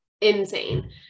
insane